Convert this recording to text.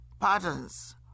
Patterns